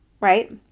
right